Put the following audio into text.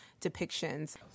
depictions